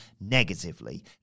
negatively